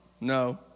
No